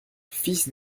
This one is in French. fils